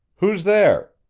who's there?